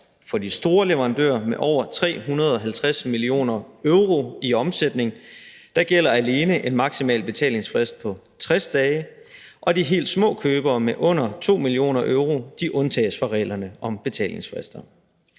For de store leverandører med over 350 mio. euro i omsætning gælder alene en maksimal betalingsfrist på 60 dage, og de helt små købere med under 2 mio. euro undtages fra reglerne om betalingsfrister.